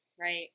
right